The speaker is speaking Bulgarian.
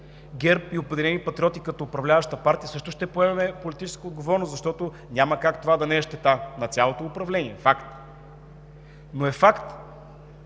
ГЕРБ и „Обединени патриоти“ като управляваща партия също ще поемем политическата отговорност, защото няма как това да не е щета на цялото управление. Факт! Но е факт,